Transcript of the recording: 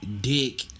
dick